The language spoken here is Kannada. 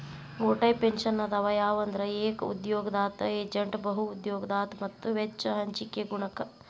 ಮೂರ್ ಟೈಪ್ಸ್ ಪೆನ್ಷನ್ ಅದಾವ ಯಾವಂದ್ರ ಏಕ ಉದ್ಯೋಗದಾತ ಏಜೇಂಟ್ ಬಹು ಉದ್ಯೋಗದಾತ ಮತ್ತ ವೆಚ್ಚ ಹಂಚಿಕೆ ಗುಣಕ